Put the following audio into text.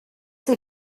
sie